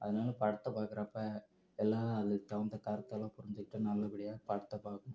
அதனால் படத்தை பார்க்குறப்ப எல்லாம் அதுக்கு தகுந்த கருத்தெல்லாம் புரிஞ்சுக்கிட்டு நல்லபடியாக படத்தை பார்க்கணும்